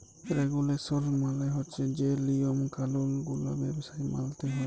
রেগুলেসল মালে হছে যে লিয়ম কালুল গুলা ব্যবসায় মালতে হ্যয়